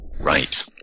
Right